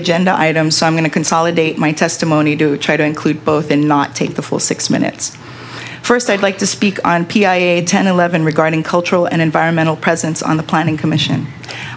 agenda items so i'm going to consolidate my testimony to try to include both in not take the full six minutes first i'd like to speak on p i a ten eleven regarding cultural and environmental presence on the planning commission